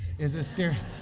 is a series